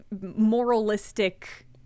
moralistic